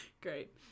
Great